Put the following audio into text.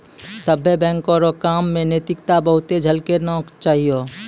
सभ्भे बैंक रो काम मे नैतिकता बहुते झलकै के चाहियो